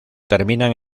terminan